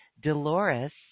Dolores